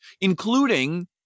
including